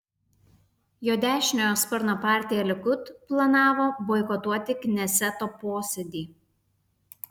jo dešiniojo sparno partija likud planavo boikotuoti kneseto posėdį